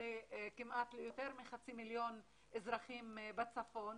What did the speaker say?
לכמעט יותר מחצי מיליון אזרחים בצפון.